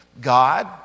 God